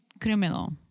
criminal